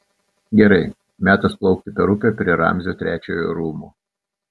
gerai metas plaukti per upę prie ramzio trečiojo rūmų